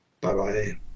Bye-bye